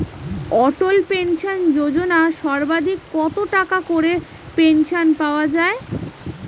অটল pension যোজনা সর্বাধিক কত টাকা করে পেনশন পাওয়া যায়?